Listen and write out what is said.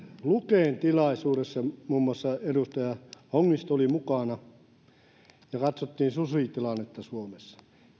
luken tilaisuudessa muun muassa edustaja hongisto oli mukana ja katsottiin susitilannetta suomessa